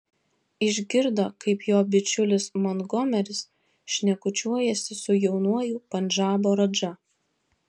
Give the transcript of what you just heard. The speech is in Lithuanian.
išgirdo kaip jo bičiulis montgomeris šnekučiuojasi su jaunuoju pandžabo radža